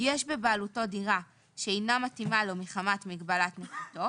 יש בבעלותו דירה שאינה מתאימה לו מחמת מגבלות נכותו,